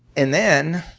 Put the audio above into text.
and then,